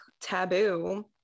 taboo